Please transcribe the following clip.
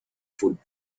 food